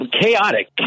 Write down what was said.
chaotic